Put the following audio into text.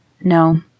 No